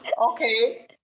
Okay